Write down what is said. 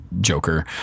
Joker